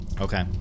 Okay